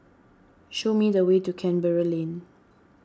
show me the way to Canberra Lane